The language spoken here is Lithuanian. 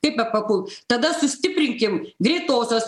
kaip bepapult tada sustiprinkim greitosios